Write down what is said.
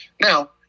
Now